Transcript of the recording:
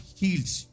heals